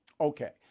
Okay